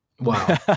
wow